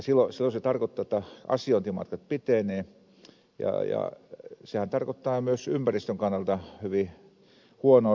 silloin se tarkoittaa jotta asiointimatkat pitenevät ja sehän tarkoittaa myös ympäristön kannalta hyvin huonoa suuntaa